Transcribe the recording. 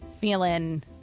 feeling